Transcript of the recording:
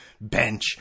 bench